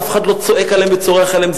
אף אחד לא צועק עליהם וצורח עליהם.